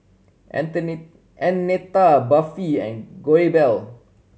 Annetta Buffy and